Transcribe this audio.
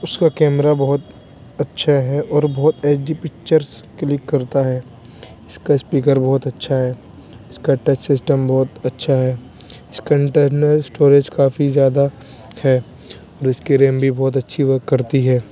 اس کا کیمرہ بہت اچھا ہے اور بہت ایچ ڈی پکچرس کلک کرتا ہے اس کا اسپیکر بہت اچھا ہے اس کا ٹچ سسٹم بہت اچھا ہے اس کا انٹرنل اسٹوریچ کافی زیادہ ہے اور اس کی ریم بھی بہت اچھی ورک کرتی ہے